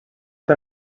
per